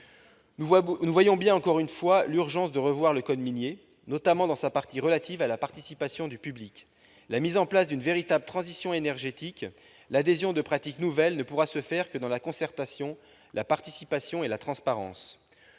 Nous constatons, encore une fois, l'urgence d'une révision du code minier, notamment de sa partie relative à la participation du public. La mise en place d'une véritable transition énergétique, l'adhésion à des pratiques nouvelles ne pourront se faire que dans la concertation, la participation et la transparence.